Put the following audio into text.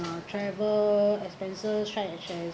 uh travel expenses such as